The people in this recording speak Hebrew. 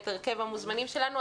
ואת הרכב המוזמנים שלנו,